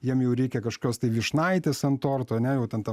jiem jau reikia kažkokios tai vyšnaitės ant torto ane jau ten ta